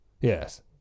Yes